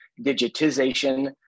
digitization